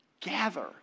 gather